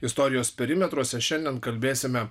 istorijos perimetruose šiandien kalbėsime